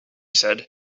said